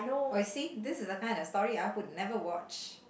oh you see this is the kind of story I would never watch